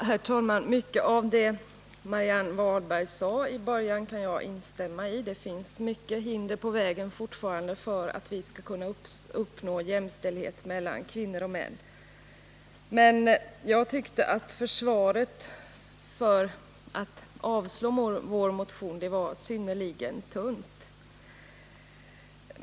Herr talman! Mycket av vad Marianne Wahlberg sade i början av sitt anförande kan jag instämma i. Det finns fortfarande många hinder på vägen när det gäller att uppnå jämställdhet mellan kvinnor och män. Men jag tycker att försvaret för att avstyrka vår motion var synnerligen tunt.